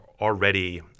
already